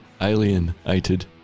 alienated